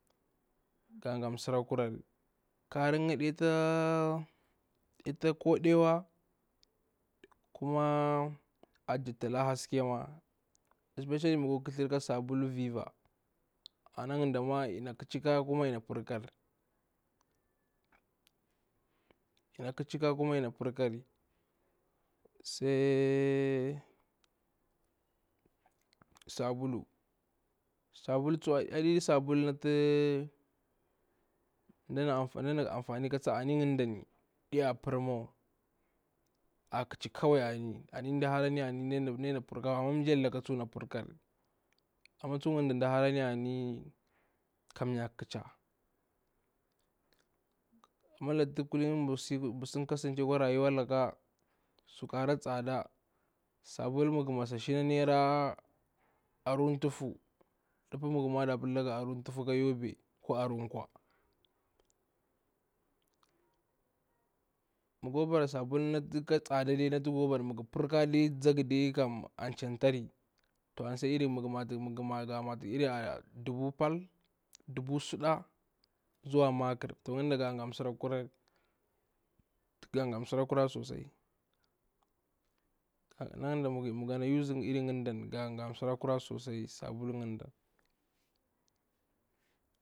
Ta nga nsarakurari karinga aɗe ta ta kuɗewa, kuma a jaktalari haske ma, especially ma ga ƙathar ka sabulu viva a na nga dama inna ƙacha ƙakari koma inna par ƙakari, sai sabulu, sabulu tsuwa aɗe sabulu ta ndana amfani ƙacha ani nga harani ar parmawa, a ƙacha kawai anni, nda harani nda ɗaina par ƙakawa, amma mji yarlaka dana par ƙakari, na nga da nda harani anni kayar ƙacha, amma luktu kulini bursa kasance rayuwa laka, su ƙa hara tsada, sabulu ma nga masa a'shina naira aru thufu, ndapa da pala nga aru thufu, ndapa da pala nga aru thufu, ndapa da pala nga aru thufu ka yobe ko arukwa, ma nga kwa bara sabulu natu tsada natu ga bara par ƙakar, nzi ga ma nga kwa bara sabulu natu kara par ƙakari natu nzaga a chatara sai irin ma nga mata iri ar dubu pal, dubu suda zuwa makar na nga da ga nga sun suraku rari sosai, na nga da ma gana use irin ngadani ga nga msara kurari sosai sabulu nga da.